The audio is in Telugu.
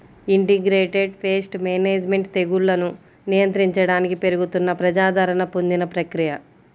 ఇంటిగ్రేటెడ్ పేస్ట్ మేనేజ్మెంట్ తెగుళ్లను నియంత్రించడానికి పెరుగుతున్న ప్రజాదరణ పొందిన ప్రక్రియ